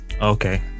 Okay